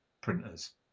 printers